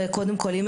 זה קודם כל.